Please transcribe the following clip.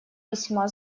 весьма